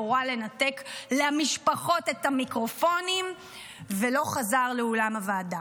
הורה לנתק למשפחות את המיקרופון ולא חזר לאולם הוועדה.